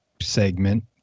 segment